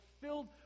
filled